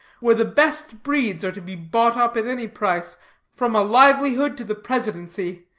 where the best breeds are to be bought up at any price from a livelihood to the presidency.